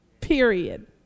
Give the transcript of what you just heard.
Period